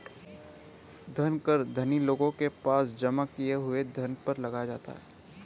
धन कर धनी लोगों के पास जमा किए हुए धन पर लगाया जाता है